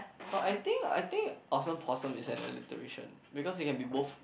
but I think I think awesome poems is alliteration because it can be moved